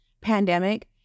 pandemic